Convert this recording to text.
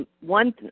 One